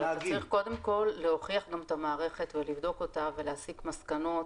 אבל אתה צריך קודם כל להוכיח גם את המערכת ולבדוק אותה ולהסיק מסקנות,